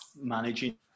managing